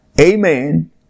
amen